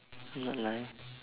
I'm not lying